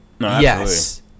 yes